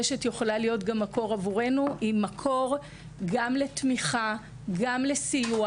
הרשת היא מקור גם לתמיכה ולסיוע.